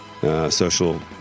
social